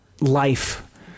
life